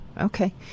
okay